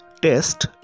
test